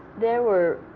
there were.